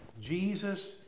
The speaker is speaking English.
Jesus